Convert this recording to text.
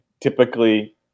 typically